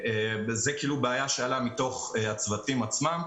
זה עלה מתוך הצוותים עצמם,